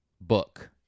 Book